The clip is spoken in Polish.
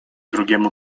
drugiemu